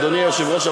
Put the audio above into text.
אדוני היושב-ראש,